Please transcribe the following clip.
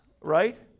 right